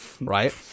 right